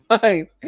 fine